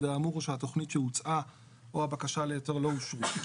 האמור כשהתכנית שהוצעה או הבקשה להיתר לא אושרו".